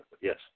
Yes